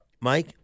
Mike